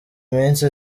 iminsi